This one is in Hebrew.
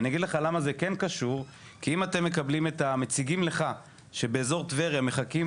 אני אגיד לך למה זה כן קשור: כי אם מציגים לך שבאזור טבריה מחכים